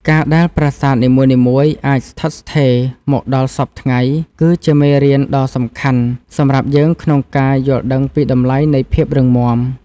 ការដែលប្រាសាទនីមួយៗអាចស្ថិតស្ថេរមកដល់សព្វថ្ងៃគឺជាមេរៀនដ៏សំខាន់សម្រាប់យើងក្នុងការយល់ដឹងពីតម្លៃនៃភាពរឹងមាំ។